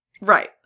Right